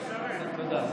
אני מסיים, תודה.